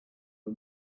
her